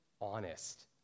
honest